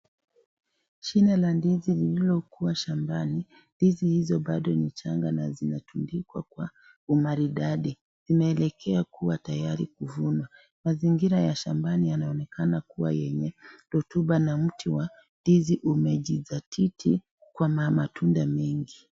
Shina la ndizi lililokuwa shambani ndizi hizo bado ni changa na zinatundikwa kwa umaridadi inaelekea kuwa tayari kuvunwa mazingira ya shambani yanaonekana kuwa yenye rotuba na mti wa ndizi umejisatiti kwa matunda mengi.